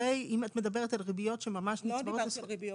מדברת על ריביות שממש נצבעות --- לא דיברתי על ריביות,